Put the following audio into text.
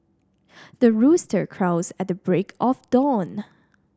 the rooster crows at the break of dawn